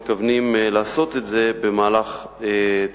ואנחנו מתכוונים לעשות את זה במהלך הקיץ.